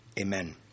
Amen